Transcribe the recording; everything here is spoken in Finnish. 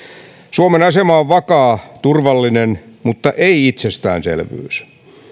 suomen asema on vakaa turvallinen mutta ei itsestäänselvyys